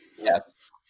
Yes